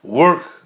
work